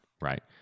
right